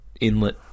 inlet